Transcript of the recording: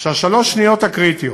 שהשלוש-שניות הקריטיות,